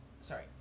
sorry